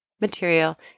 material